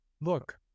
look